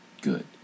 Good